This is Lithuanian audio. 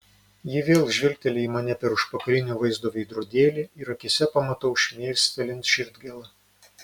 ji vėl žvilgteli į mane per užpakalinio vaizdo veidrodėlį ir akyse pamatau šmėstelint širdgėlą